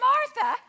Martha